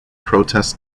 protests